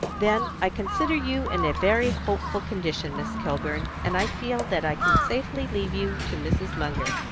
then i consider you in a very hopeful condition, miss kilburn, and i feel that i can safely leave you to mrs. munger.